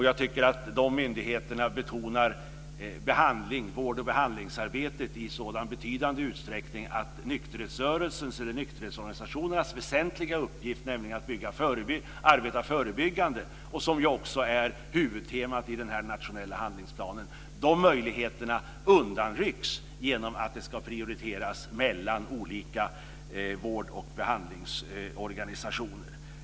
Jag tycker att de myndigheterna betonar vård och behandlingsarbetet i sådan betydande utsträckning att möjligheterna för nykterhetsorganisationerna att bedriva sin väsentliga uppgift, att arbeta förebyggande - och som ju också är huvudtemat i den nationella handlingsplanen - undanrycks genom att det ska prioriteras mellan olika vård och behandlingsorganisationer.